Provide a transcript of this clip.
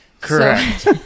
Correct